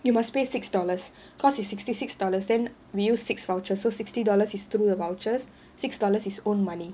you must pay six dollars because it's sixty six dollars then we use six voucher so sixty dollars is through the vouchers six dollars is own money